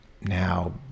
Now